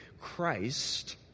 Christ